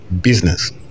business